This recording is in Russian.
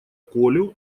колю